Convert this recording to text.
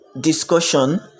discussion